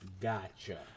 Gotcha